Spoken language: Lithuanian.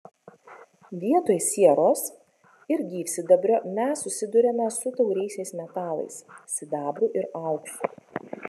vietoj sieros ir gyvsidabrio mes susiduriame su tauriaisiais metalais sidabru ir auksu